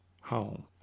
home